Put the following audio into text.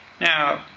Now